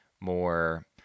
more